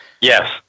Yes